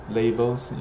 labels